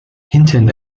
hinton